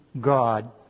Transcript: God